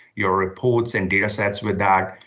your reports and datasets with that.